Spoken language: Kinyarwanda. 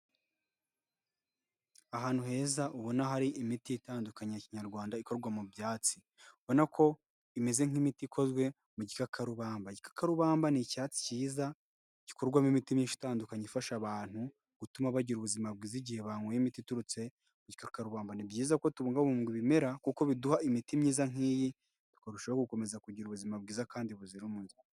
Ahantu heza ubona hari imiti itandukanye ya Kinyarwanda ikorwa mu byatsi, ubona ko imeze nk'imiti ikozwe mu gikakarubamba, igikakarubamba ni icyatsi cyiza, gikorwamo imiti myinshi itandukanye ifasha abantu gutuma bagira ubuzima bwiza igihe banyweye imiti iturutse ku gikakarubamba, ni byiza ko tubungabunga ibimera kuko biduha imiti myiza nk'iyi tukarushaho kugira ubuzima bwiza kandi buzira umuze.